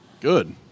Good